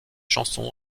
chanson